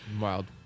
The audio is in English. Wild